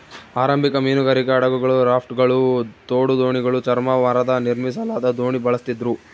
ಆರಂಭಿಕ ಮೀನುಗಾರಿಕೆ ಹಡಗುಗಳು ರಾಫ್ಟ್ಗಳು ತೋಡು ದೋಣಿಗಳು ಚರ್ಮ ಮರದ ನಿರ್ಮಿಸಲಾದ ದೋಣಿ ಬಳಸ್ತಿದ್ರು